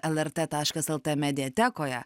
lrt taškas lt mediatekoje